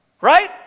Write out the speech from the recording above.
Right